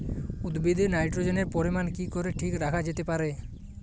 উদ্ভিদে নাইট্রোজেনের পরিমাণ কি করে ঠিক রাখা যেতে পারে?